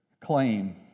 claim